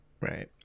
Right